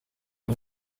uri